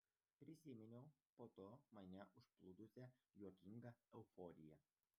prisiminiau po to mane užplūdusią juokingą euforiją